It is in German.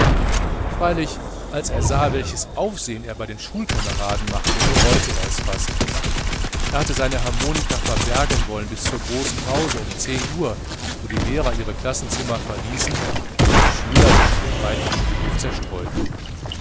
freilich als er sah welches aufsehen es bei den schulkameraden machte bereute er es fast er hatte sein instrument verbergen wollen bis zu der großen pause um uhr wo die lehrer ihre klassenzimmer verließen und die schüler sich in dem weiten schulhof zerstreuten